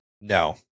No